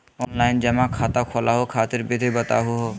Online जमा खाता खोलहु खातिर विधि बताहु हो?